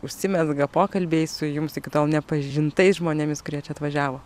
užsimezga pokalbiai su jums iki tol nepažintais žmonėmis kurie čia atvažiavo